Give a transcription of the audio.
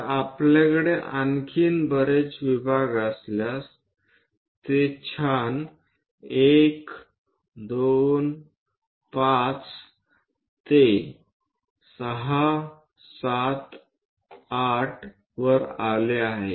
तर आपल्याकडे आणखी बरेच विभाग असल्यास ते छान1 2 5 ते 6 7 8 वर आले आहे